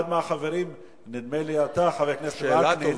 אחד מהחברים, נדמה לי אתה, חבר הכנסת וקנין,